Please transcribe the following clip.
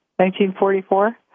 1944